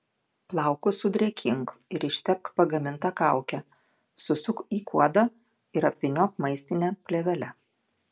plaukus sudrėkink ir ištepk pagaminta kauke susuk į kuodą ir apvyniok maistine plėvele